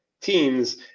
teams